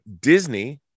Disney